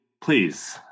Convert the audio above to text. please